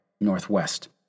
Northwest